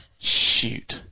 Shoot